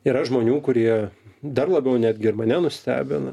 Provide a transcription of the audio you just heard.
yra žmonių kurie dar labiau netgi ir mane nustebina